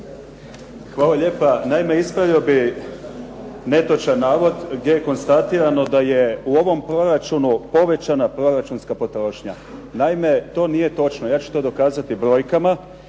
Hvala lijepa. Naime, ispravio bih netočan navod gdje je konstatirano da je u ovom proračunu povećana proračunska potrošnja. Naime, to nije točno, ja ću to dokazati brojkama.